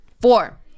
four